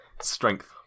strength